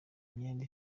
imyenda